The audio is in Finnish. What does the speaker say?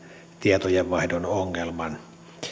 tietojenvaihdon ongelman